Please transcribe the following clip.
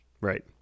Right